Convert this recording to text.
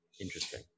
Interesting